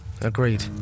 agreed